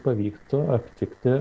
pavyktų aptikti